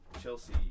Chelsea